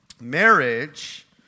Marriage